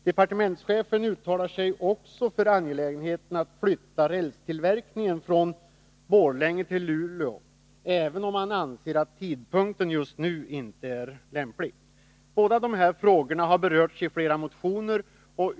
Departementschefen uttalar sig också för det angelägna i att flytta rälstillverkningen från Borlänge till Luleå, även om han anser att tidpunkten just nu inte är lämplig. Båda dessa frågor har berörts i flera motioner.